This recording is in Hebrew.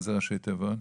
מה זה ראשי התיבות?